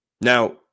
Now